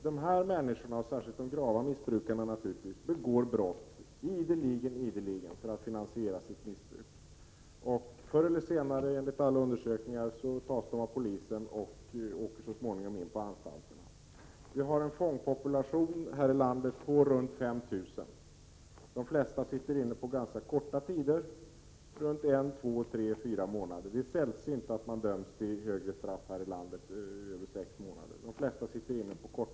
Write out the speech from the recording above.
Dessa människor, särskilt de grava missbrukarna, begår ideligen brott för att finansiera sitt missbruk, och förr eller senare — enligt alla undersökningar — tas de av polisen och åker så småningom in på anstalt. Vi har en fångpopulation i detta land på ca 5 000 personer. De flesta sitter inne ganska korta tider — en, två, tre eller fyra månader. Det är sällsynt att någon döms till längre straff än sex månader i Sverige.